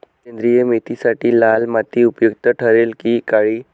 सेंद्रिय मेथीसाठी लाल माती उपयुक्त ठरेल कि काळी?